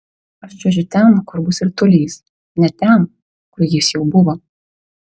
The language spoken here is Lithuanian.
aš čiuožiu ten kur bus ritulys ne ten kur jis jau buvo